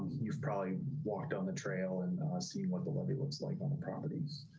you've probably walked on the trail and see what the lobby looks like on the properties